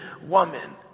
woman